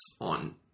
on